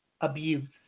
abuse